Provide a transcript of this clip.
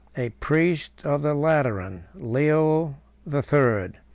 a priest of the lateran, leo the third,